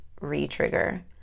re-trigger